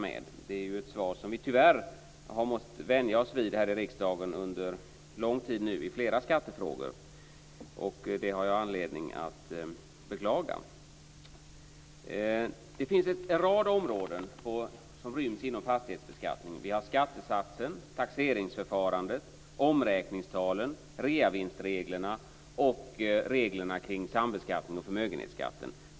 Det är ett svar som vi här i riksdagen tyvärr har måst vänja oss vid under lång tid när det gäller flera skattefrågor. Jag har anledning att beklaga det. Inom fastighetsbeskattningen ryms en rad områden. Vi har skattesatsen, taxeringsförfarandet, omräkningstalen, reavinstreglerna och reglerna kring sambeskattning och förmögenhetsskatt.